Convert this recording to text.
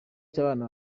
cy’abana